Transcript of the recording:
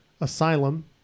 Asylum